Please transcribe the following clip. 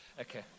Okay